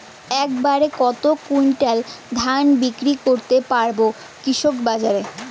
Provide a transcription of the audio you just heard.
এক বাড়ে কত কুইন্টাল ধান বিক্রি করতে পারবো কৃষক বাজারে?